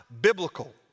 biblical